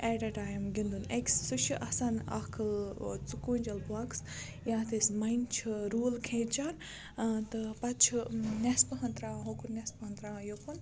eight a time گِنٛدُن أکِس سُہ چھُ آسان اَکھ ژُکوٗنٛجَل بۄکٕس یَتھ أسۍ مَن چھِ روٗل کھیٖچان تہٕ پَتہٕ چھُ نٮ۪صپہَن ترٛاوان ہُکُن نٮ۪صپہَن ترٛاوان یِکُن